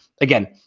again